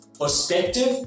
perspective